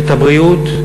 את הבריאות,